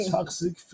Toxic